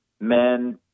Men